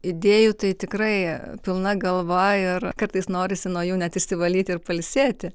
idėjų tai tikrai pilna galva ir kartais norisi nuo jų net išsivalyti ir pailsėti